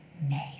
name